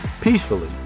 peacefully